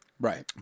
Right